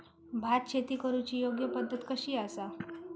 भात शेती करुची योग्य पद्धत कशी आसा?